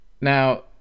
Now